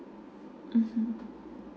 mmhmm